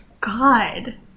God